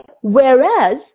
Whereas